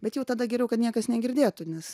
bet jau tada geriau kad niekas negirdėtų nes